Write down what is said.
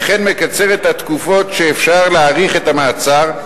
וכן מקצר את התקופות שאפשר להאריך את המעצר,